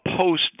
post